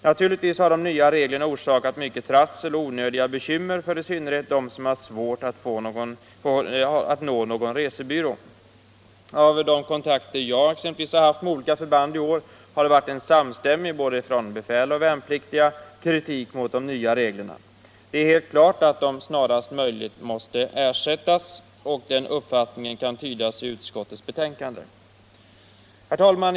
Naturligtvis har de nya reglerna orsakat mycket trassel och onödiga bekymmer, i synnerhet för dem som har svårt att nå någon resebyrå. Vid de kontakter som jag har hafi med olika förband i år har jag kunnat konstatera en samstämmig kritik mot de nya reglerna — både från befäl och från värnpliktiga. Det är helt klart att dessa regler snarast möjligt måste ersättas med andra. Den uppfattningen kan tydas i utskottets betänkande. Herr talman?